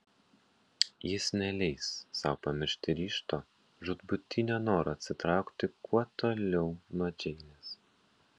jis neleis sau pamiršti ryžto žūtbūtinio noro atsitraukti kuo toliau nuo džeinės